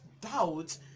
doubt